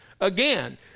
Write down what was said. Again